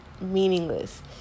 meaningless